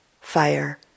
fire